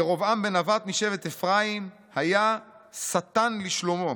ירבעם בן נבט משבט אפרים היה שטן לשלמה,